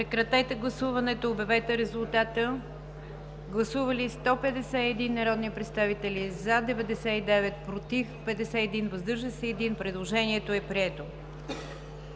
Прекратете гласуването и обявете резултата. Гласували 143 народни представители: за 105, против 38, въздържали се няма. Предложението е прието.